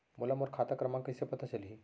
मोला मोर खाता क्रमाँक कइसे पता चलही?